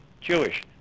Jewish